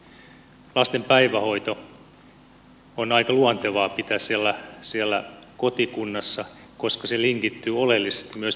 lasten päivähoito on aika luontevaa pitää siellä kotikunnassa koska se linkittyy oleellisesti myös peruskoulutukseen